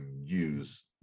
use